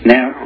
Now